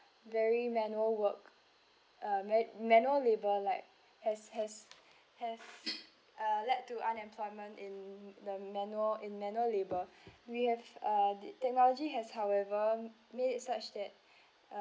very manual work uh man~ manual labor like has has has uh led to unemployment in the manual in manual labour we have uh technology has however made it such that